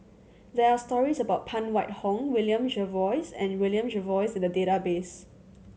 there are stories about Phan Wait Hong William Jervois and William Jervois in the database